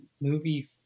movie